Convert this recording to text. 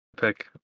pick